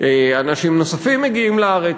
אנשים נוספים מגיעים לארץ,